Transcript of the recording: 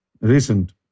recent